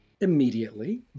immediately